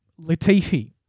Latifi